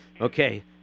Okay